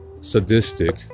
sadistic